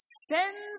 sends